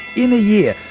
in a year,